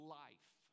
life